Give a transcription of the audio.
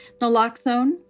naloxone